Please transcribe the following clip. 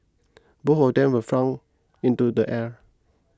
both of them were flung into the air